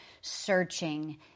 searching